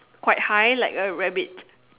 quite high like a rabbit